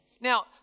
Now